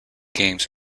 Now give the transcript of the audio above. games